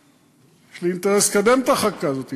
יש לי אינטרס לקדם את החקיקה הזאת,